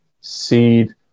seed